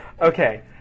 Okay